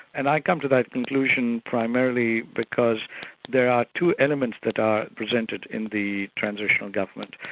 and i come to that conclusion primarily because there are two elements that are presented in the transitional government.